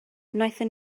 wnaethon